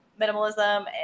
minimalism